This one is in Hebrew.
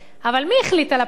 אבל מי החליט על הבחירות?